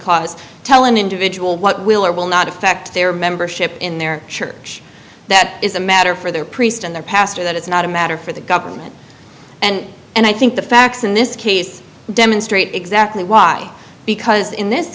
clause tell an individual what will or will not affect their membership in their church that is a matter for their priest and their pastor that it's not a matter for the government and and i think the facts in this case demonstrate exactly why because in this